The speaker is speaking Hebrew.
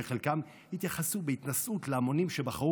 שחלקם התייחסו בהתנשאות להמונים שבחרו